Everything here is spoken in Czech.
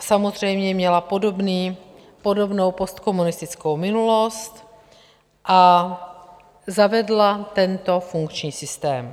Samozřejmě měla podobnou postkomunistickou minulost a zavedla tento funkční systém.